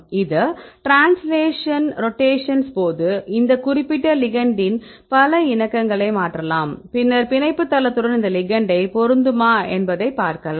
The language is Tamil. இந்த ட்ரான்ஸ்லேஷன் ரோடேஷன்ஸ்களின் போது இந்த குறிப்பிட்ட லிகெெண்ட்டின் பல இணக்கங்களை மாற்றலாம் பின்னர் இந்த பிணைப்பு தளத்துடன் இந்த லிகெெண்ட் பொருந்துமா என்பதை பார்க்கலாம்